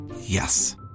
Yes